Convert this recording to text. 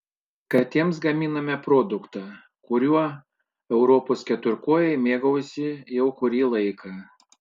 australijos katėms gaminame produktą kuriuo europos keturkojai mėgaujasi jau kurį laiką